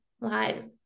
lives